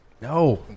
No